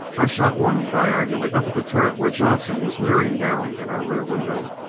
i shot one diagonally up at the turret where johnson was leering down at our rear window,